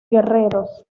guerreros